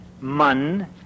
mun